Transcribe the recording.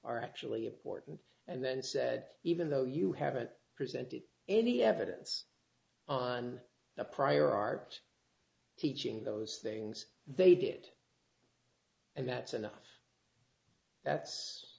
are actually important and then said even though you haven't presented any evidence on the prior art teaching those things they did and that's enough that's